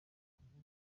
kuvuga